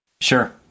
Sure